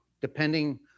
depending